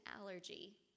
allergy